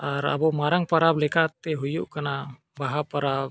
ᱟᱨ ᱟᱵᱚ ᱢᱟᱨᱟᱝ ᱯᱟᱨᱟᱵᱽ ᱞᱮᱠᱟᱛᱮ ᱦᱩᱭᱩᱜ ᱠᱟᱱᱟ ᱵᱟᱦᱟ ᱯᱚᱨᱚᱵᱽ